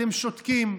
אתם שותקים,